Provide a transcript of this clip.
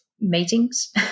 meetings